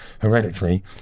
Hereditary